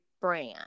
brand